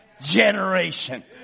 generation